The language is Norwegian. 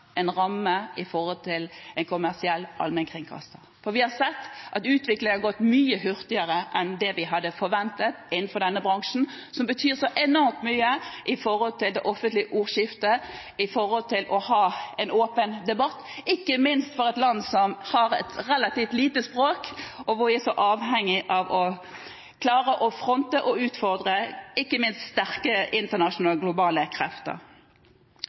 en ramme for en kommersiell allmennkringkaster, for vi har sett at utviklingen har gått mye hurtigere enn vi hadde forventet innenfor denne bransjen, som betyr så enormt mye for det offentlige ordskiftet og det å ha en åpen debatt, ikke minst for et land som har et relativt lite språk, og hvor vi er så avhengige av å klare å fronte og utfordre ikke minst sterke internasjonale, globale krefter.